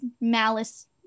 malice